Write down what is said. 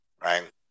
Right